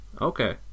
okay